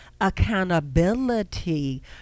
Accountability